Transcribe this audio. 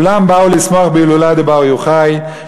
כולם באו לשמוח בהילולת בר יוחאי,